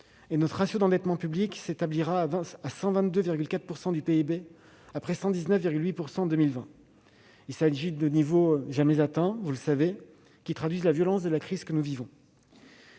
Notre ratio d'endettement public s'établira à 122,4 % du PIB, contre 119,8 % en 2020. Il s'agit de niveaux jamais atteints, qui traduisent la violence de la crise que nous vivons.